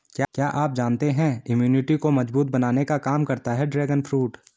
क्या आप जानते है इम्यूनिटी को मजबूत बनाने का काम करता है ड्रैगन फ्रूट?